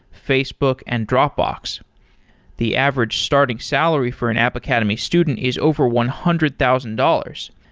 facebook and dropbox the average starting salary for an app academy student is over one hundred thousand dollars.